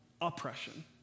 oppression